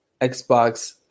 Xbox